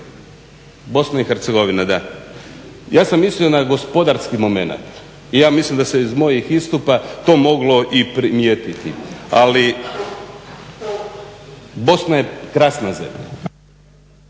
Bosna i Hercegovina, da. Ja sam mislio na gospodarski moment i ja mislim da se iz mojih istupa to moglo i primijeniti, ali Bosna je krasna zemlja.